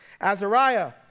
Azariah